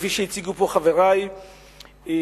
כפי שהציגו פה חברי במליאה.